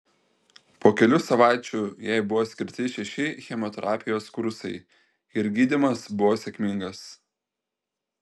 po kelių savaičių jai buvo skirti šeši chemoterapijos kursai ir gydymas buvo sėkmingas